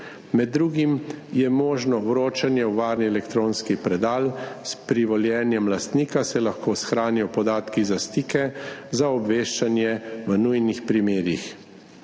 Med drugim je možno vročanje v varni elektronski predal, s privoljenjem lastnika se lahko shranijo podatki za stike, za obveščanje v nujnih primerih.